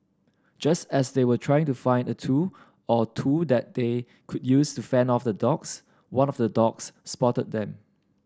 just as they were trying to find a tool or two that they could use to fend off the dogs one of the dogs spotted them